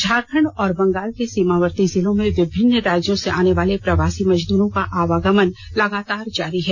झारखण्ड और बंगाल के सीमावर्ती जिलों में विभिन्न राज्यों से आने वाले प्रवासी मजदूरों का आवागमन लगातार जारी है